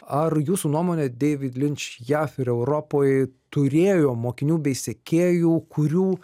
ar jūsų nuomone deivid linč jav ir europoj turėjo mokinių bei sekėjų kurių